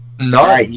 No